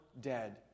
dead